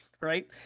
right